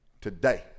today